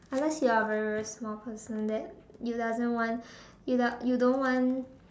unless you are very very small person that you doesn't want you you don't want